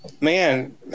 man